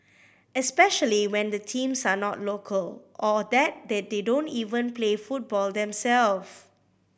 especially when the teams are not local or that they they don't even play football themselves